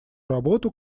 работу